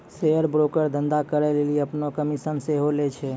share broker धंधा करै लेली अपनो कमिशन सेहो लै छै